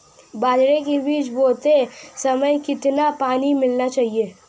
बाजरे के बीज बोते समय कितना पानी मिलाना चाहिए?